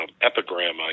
epigram